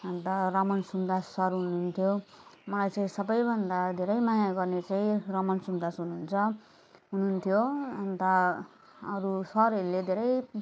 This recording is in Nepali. अन्त रमन सुन्दास सर हुनुहुन्थ्यो मलाई चाहिँ सबैभन्दा धेरै माया गर्ने चाहिँ रमन सुन्दास हुनुहुन्छ हुनुहुन्थ्यो अन्त अरू सरहरूले धेरै